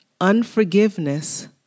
unforgiveness